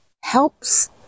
helps